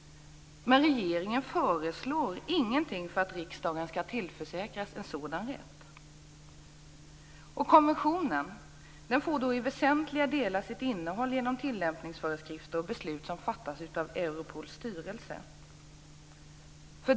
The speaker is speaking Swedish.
Men regeringen föreslår ingenting för att riksdagen skall tillförsäkras en sådan rätt. Konventionen får i väsentliga delar sitt innehåll genom tillämpningsföreskrifter och beslut som fattas av Europols styrelse.